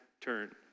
turn